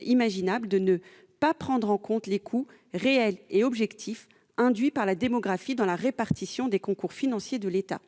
imaginable de ne pas prendre en compte les coûts, réels et objectifs, induits par la démographie dans la répartition des concours financiers de l'État.